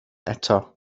eto